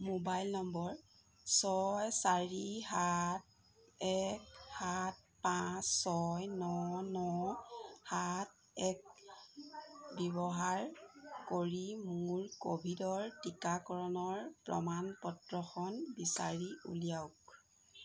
mobile নম্বৰ ছয় চাৰি সাত এক সাত পাঁচ ছয় ন ন সাত এক ব্যৱহাৰ কৰি মোৰ ক'ভিডৰ টীকাকৰণৰ প্ৰমাণপত্ৰখন বিচাৰি উলিয়াওক